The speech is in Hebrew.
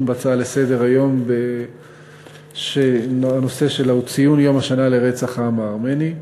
בהצעה לסדר-היום שהנושא שלה הוא: ציון יום השנה לרצח העם הארמני,